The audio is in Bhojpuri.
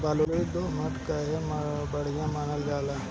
बलुई दोमट काहे बढ़िया मानल जाला?